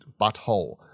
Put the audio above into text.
Butthole